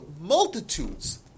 multitudes